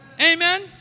Amen